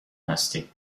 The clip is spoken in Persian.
هستی